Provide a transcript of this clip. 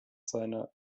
seiner